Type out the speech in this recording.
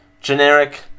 generic